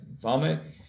vomit